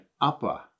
upper